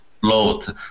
float